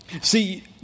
See